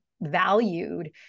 valued